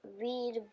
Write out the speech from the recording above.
read